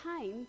time